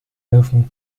movement